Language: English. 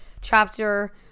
chapter